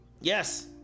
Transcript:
Yes